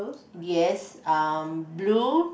yes um blue